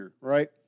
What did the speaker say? right